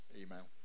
email